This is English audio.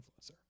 influencer